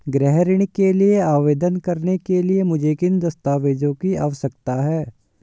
गृह ऋण के लिए आवेदन करने के लिए मुझे किन दस्तावेज़ों की आवश्यकता है?